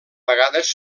vegades